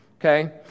okay